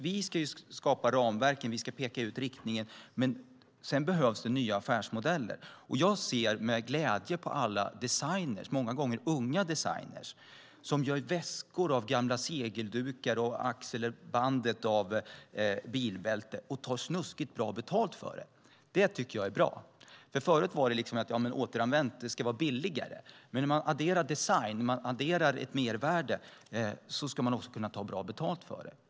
Vi ska ju skapa ramverken och peka ut riktningen, men sedan behövs det nya affärsmodeller. Och jag ser med glädje på alla designers, många gånger unga designers, som gör väskor av gamla segeldukar, axelband av bilbälten och tar snuskigt bra betalt för det. Det tycker jag är bra. Förut tyckte man att återanvänt skulle vara billigare. Men om man adderar design, ett mervärde, ska man också kunna ta bra betalt för det.